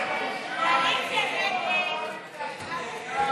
מאיר כהן, יעקב פרי,